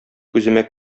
күземә